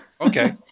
Okay